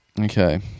Okay